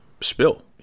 spill